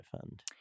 fund